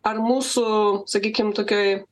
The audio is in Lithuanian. ar mūsų sakykim tokioj